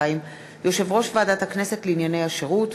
2) (יושב-ראש ועדת הכנסת לענייני השירות),